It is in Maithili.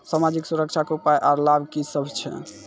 समाजिक सुरक्षा के उपाय आर लाभ की सभ छै?